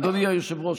אדוני היושב-ראש,